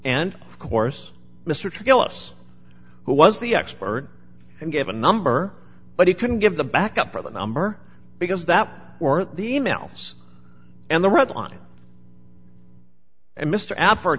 and of course mr to kill us who was the expert and gave a number but he couldn't give the back up or the number because that or the mouse and the red line and mr